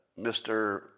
Mr